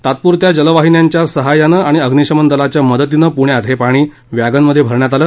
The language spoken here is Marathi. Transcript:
तात्पुरत्या जलवाहिन्यांच्या साहाय्याने आणि अग्निशमन दलाच्या मदतीने पुण्यात हे पाणी वॅगनमध्ये भरण्यात आलं